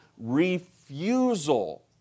refusal